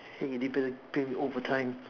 hey they better pay me overtime